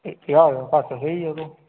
इक ज्हार घट्ट देई ओड़ो